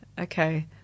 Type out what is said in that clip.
okay